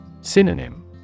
Synonym